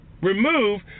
remove